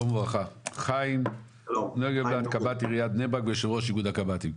בדיון חיים נוגנבלט קב"ט עיריית בני ברק ויו"ר איגוד הקב"טים.